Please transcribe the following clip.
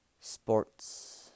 sports